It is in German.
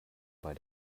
bei